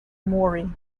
mori